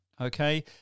Okay